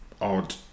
odd